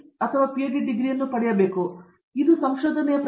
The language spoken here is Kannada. ಪ್ರೊಫೆಸರ್ ಪ್ರತಾಪ್ ಹರಿಡೋಸ್ ಮಾಸ್ಟರ್ ಡಿಗ್ರಿ ಅಥವಾ ಪಿಎಚ್ಡಿ ಪದವಿ ಅವರು ಮೊದಲು ಅಳೆಯಬೇಕು